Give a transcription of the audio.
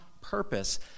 purpose